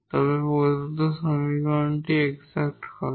তবে প্রদত্ত সমীকরণটি এক্সাট হবে